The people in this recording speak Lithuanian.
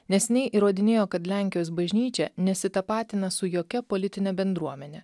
neseniai įrodinėjo kad lenkijos bažnyčia nesitapatina su jokia politine bendruomene